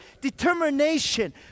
determination